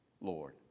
Lord